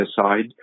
aside